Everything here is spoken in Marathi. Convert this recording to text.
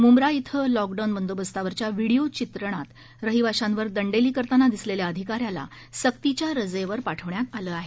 मुंब्रा इथं लॉकडाऊन बंदोबस्तावरच्या व्हीडीओ चित्रणात रहिवाशांवर दंडेली करताना दिसलेल्या अधिकाऱ्याला सक्तीच्या रजेवर पाठवण्यात आलं आहे